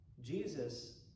Jesus